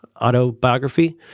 autobiography